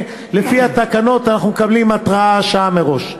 לפי התקנות אנחנו מקבלים התרעה שעה מראש.